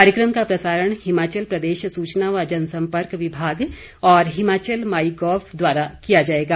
कार्यक्रम का प्रसारण हिमाचल प्रदेश सूचना व जनसम्पर्क विभाग और हिमाचल माई गॉव द्वारा किया जाएगा